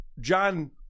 John